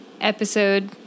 Episode